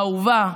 אהובה,